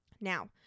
Now